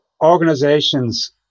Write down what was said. organizations